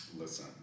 Listen